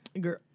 Girl